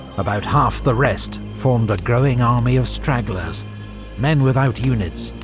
about half the rest formed a growing army of stragglers men without units,